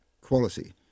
quality